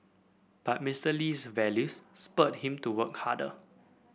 but Mister Lee's values spurred him to work harder